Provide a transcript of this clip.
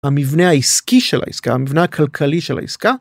המבנה העסקי של העסקה המבנה הכלכלי של העסקה.